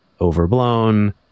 overblown